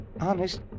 honest